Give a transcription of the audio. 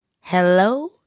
Hello